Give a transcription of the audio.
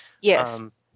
Yes